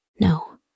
No